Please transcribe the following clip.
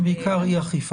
זה לא עניין של האכיפה,